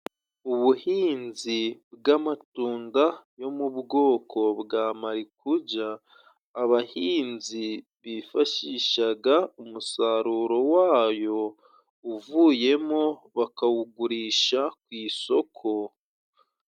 Ubuhinzi bw'amatunda yo mu bwoko bwa malikuja, abahinzi bifashishaga umusaruro wayo uvuyemo bakawugurisha ku isoko.